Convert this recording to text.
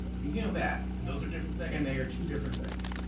we do know that. and those are different things. and they are two different things.